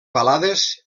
balades